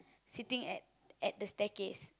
sitting at at the staircase